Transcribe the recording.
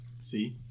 See